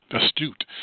astute